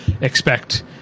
expect